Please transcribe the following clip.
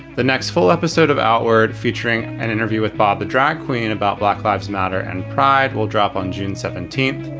the next full episode of outward, featuring an interview with bob the drag queen about black lives matter and pride will drop on june seventeenth.